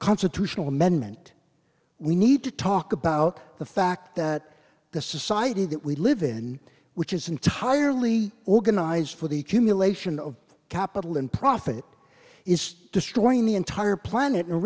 constitutional amendment we need to talk about the fact that the society that we live in which is entirely organized for the cumulation of capital and profit is destroying the entire planet and